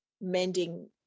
mending